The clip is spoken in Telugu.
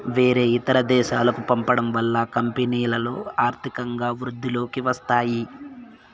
వేరే ఇతర దేశాలకు పంపడం వల్ల కంపెనీలో ఆర్థికంగా వృద్ధిలోకి వస్తాయి